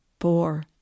four